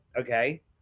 Okay